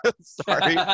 Sorry